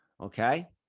Okay